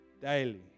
daily